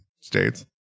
states